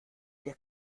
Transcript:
der